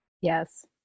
Yes